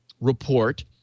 report